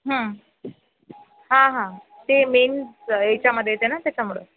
हां हां ते मेन याच्यामध्ये येते ना त्याच्यामुळं